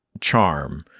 charm